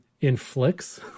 inflicts